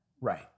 right